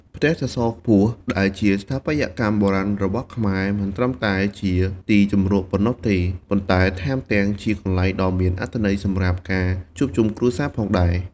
ផ្ទះសសរខ្ពស់ ដែលជាស្ថាបត្យកម្មបុរាណរបស់ខ្មែរ មិនត្រឹមតែជាទីជម្រកប៉ុណ្ណោះទេ ប៉ុន្តែថែមទាំងជាកន្លែងដ៏មានអត្ថន័យសម្រាប់ការជួបជុំគ្រួសារផងដែរ។